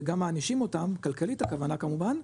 וגם מענישים אותם כלכלית הכוונה כמובן,